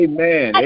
Amen